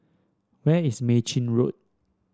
where is Mei Chin Road